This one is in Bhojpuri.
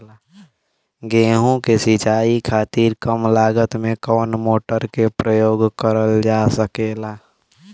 गेहूँ के सिचाई खातीर कम लागत मे कवन मोटर के प्रयोग करल जा सकेला?